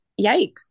Yikes